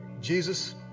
Jesus